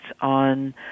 on